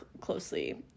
closely